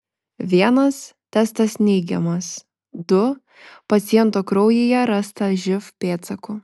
vienas testas neigiamas du paciento kraujyje rasta živ pėdsakų